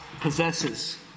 possesses